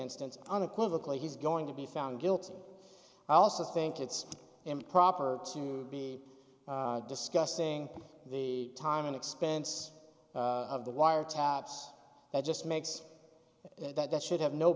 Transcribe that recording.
instance on equivocally he's going to be found guilty i also think it's improper to be discussing the time and expense of the wiretaps that just makes it that should have no